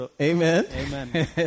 Amen